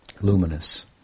luminous